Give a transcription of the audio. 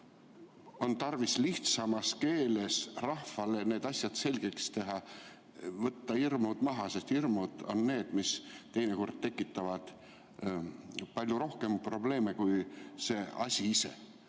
öelnud – lihtsamas keeles rahvale selgeks teha, võtta hirmud maha, sest hirmud on need, mis teinekord tekitavad palju rohkem probleeme kui asi ise.